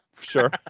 Sure